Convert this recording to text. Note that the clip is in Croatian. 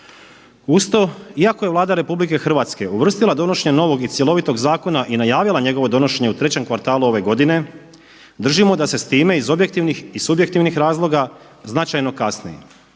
Uz to, iako je Vlada RH uvrstila donošenje novog i cjelovitog zakona i najavila njegovo donošenje u trećem kvartalu ove godine držimo da se s time iz objektivnih i subjektivnih razloga značajno kasni.